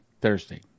Thursday